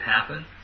happen